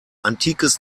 antikes